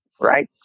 right